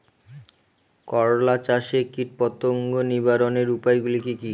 করলা চাষে কীটপতঙ্গ নিবারণের উপায়গুলি কি কী?